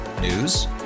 News